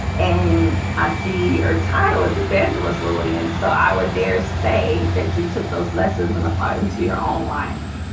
and i see your title as evangelist lillian so i would dare say that you took those lessons and apply them to your own life